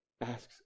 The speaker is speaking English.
asks